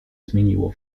zmieniło